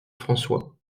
françois